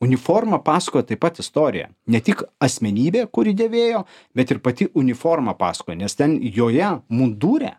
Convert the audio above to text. uniforma pasakoja taip pat istoriją ne tik asmenybė kuri dėvėjo bet ir pati uniforma pasakoja nes ten joje mundure